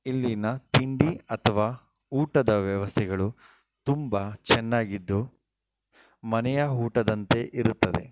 ಇಲ್ಲಿನ ತಿಂಡಿ ಅಥವಾ ಊಟದ ವ್ಯವಸ್ಥೆಗಳು ತುಂಬಾ ಚೆನ್ನಾಗಿದ್ದು ಮನೆಯ ಊಟದಂತೆ ಇರುತ್ತದೆ